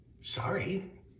Sorry